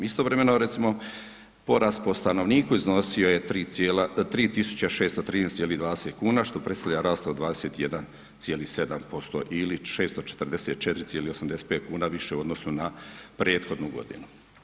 Istovremeno je recimo porast po stanovniku iznosio je 3 tisuće 613,20 kuna što predstavlja rast od 21,7% ili 644,85 kuna više u odnosu na prethodnu godinu.